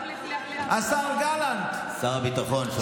שר הביטחון,